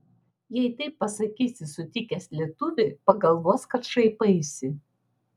jei taip pasakysi sutikęs lietuvį pagalvos kad šaipaisi